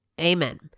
amen